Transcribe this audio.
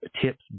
tips